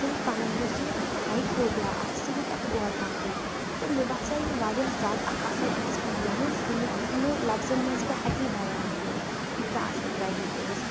سُہ ہیٚکہِ پَنُن یُس یہِ ہایٹ فوبیا آسہِ سُہ ہیٚکہِ اتھ اوٚورکم کٔرتھ تہٕ مےٚ باسیو یہِ واریاہ زیادٕ اکھ اصل ایکٕسپیٖرِینس ییٚمیُک نہٕ لفظن منٛز بہٕ ہیٚکہٕ یہِ بیان کٔرتھ یٖژاہ اصل ویلی ٲسۍ